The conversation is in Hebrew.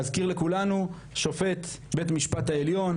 להזכיר לכולנו שופט בית המשפט העליון,